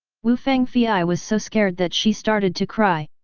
wu fangfei was so scared that she started to cry.